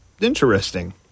interesting